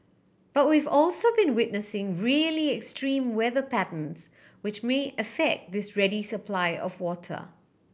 but we've also been witnessing really extreme weather patterns which may affect this ready supply of water